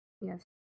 yes